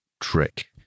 trick